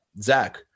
Zach